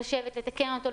לתקן אותו,